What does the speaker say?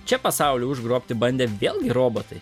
čia pasaulį užgrobti bandė vėlgi robotai